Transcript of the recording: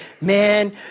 man